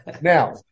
Now